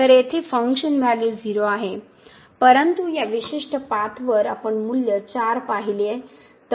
तर येथे function value 0 आहे परंतु या विशिष्ट पाथवर आपण मूल्य 4 पाहिले आहे